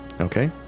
Okay